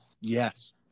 Yes